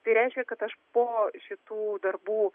tai reiškia kad aš po šitų darbų